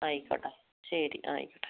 ആയിക്കോട്ടെ ശരി ആയിക്കോട്ടെ